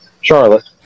Charlotte